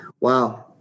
Wow